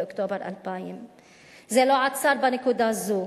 באוקטובר 2000. זה לא עצר בנקודה זו